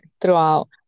throughout